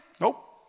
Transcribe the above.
Nope